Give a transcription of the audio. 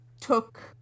took